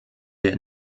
der